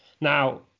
Now